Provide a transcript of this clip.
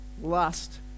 lust